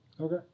Okay